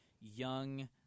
young